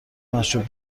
مشروب